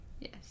Yes